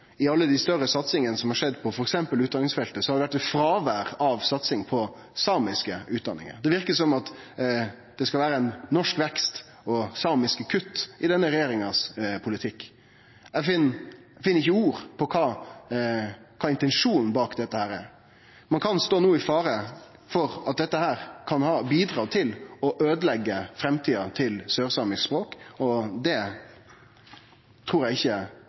I alle dei større satsingane som har skjedd på f.eks. utdanningsfeltet, har det vore eit fråvær av satsing på samiske utdanningar. Det verkar som om det skal vere ein norsk vekst og samiske kutt i politikken til denne regjeringa. Eg finn ikkje ord for kva intensjonen bak dette kan vere. Det er no fare for at dette kan ha bidratt til å øydeleggje framtida til sørsamisk språk. Det trur eg ikkje